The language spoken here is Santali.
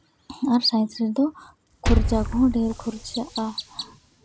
ᱟᱨ ᱥᱟᱭᱮᱱᱥ ᱨᱮᱫᱚ ᱠᱷᱚᱨᱪᱟ ᱠᱚᱦᱚᱸ ᱰᱷᱮᱨ ᱠᱷᱚᱨᱪᱟᱜᱼᱟ